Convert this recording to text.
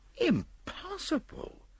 Impossible